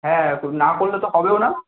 হ্যাঁ তো না করলে তো হবেও না